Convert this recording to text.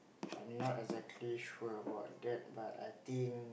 I'm not exactly sure about that but I think